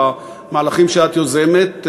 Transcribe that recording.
במהלכים שאת יוזמת,